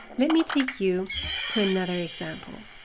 let me take you to another example.